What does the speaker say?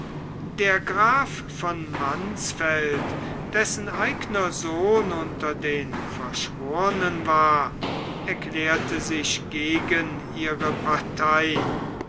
der graf von mansfeld dessen eigner sohn unter den verschwornen war erklärte sich gegen ihre partei